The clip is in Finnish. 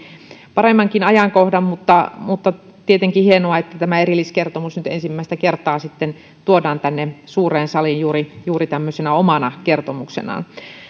paremmankin ajankohdan mutta mutta on tietenkin hienoa että tämä erilliskertomus nyt ensimmäistä kertaa sitten tuodaan tänne suureen saliin juuri juuri tämmöisenä omana kertomuksenaan